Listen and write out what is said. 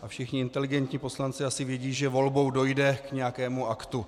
A všichni inteligentní poslanci asi vědí, že volbou dojde k nějakému aktu.